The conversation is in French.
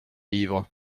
livres